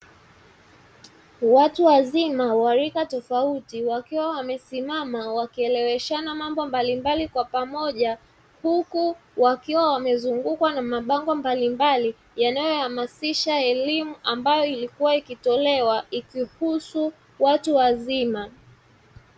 Watu wazima wa rika tofauti wakiwa wamesimama wakieleweshana mambo mbalimbali kwa pamoja, huku wakiwa wamezungukwa na mabango mbalimbali yanayohamasisha elimu ambayo ilikuwa ikitolewa ikihusu watu wazima.